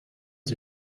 sie